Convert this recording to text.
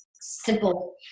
simple